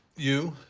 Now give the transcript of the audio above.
you,